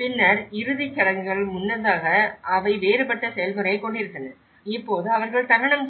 பின்னர் இறுதிச் சடங்குகள் முன்னதாக அவை வேறுபட்ட செயல்முறையைக் கொண்டிருந்தன இப்போது அவர்கள் தகனம் செய்கிறார்கள்